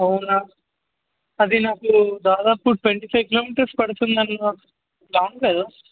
అవునా అది నాకు దాదాపు ట్వంటీ ఫైవ్ కిలోమీటర్స్ పడుతుంది అన్న దారి లేదా